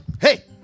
Hey